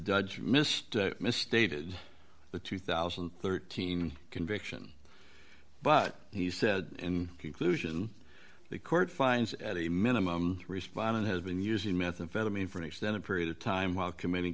judge missed misstated the two thousand and thirteen conviction but he said in conclusion the court finds at a minimum respond and has been using meth and feather me for an extended period of time while committing